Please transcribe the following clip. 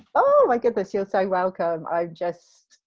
oh my goodness, you're so welcome. i'm just,